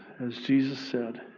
as jesus said,